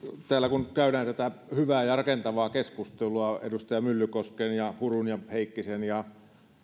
täällä kun käydään tätä hyvää ja rakentavaa keskustelua edustaja myllykosken hurun heikkisen ja